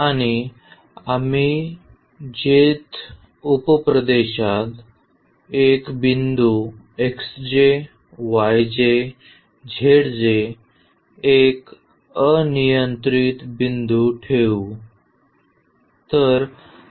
आणि आता आम्ही jth उप प्रदेशात एक बिंदू एक अनियंत्रित बिंदू ठेवू